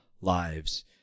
lives